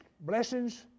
blessings